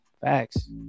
Facts